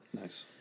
Nice